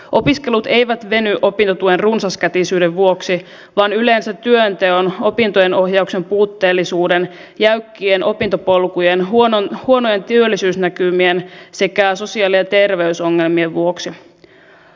opiskelut eivät veny opintotuen runsaskätisyyden vuoksi vaan yleensä työnteon opintojen ohjauksen puutteellisuuden jäykkien opintopolkujen huonojen työllisyysnäkymien sekä sosiaali ja terveysongelmien vuoksi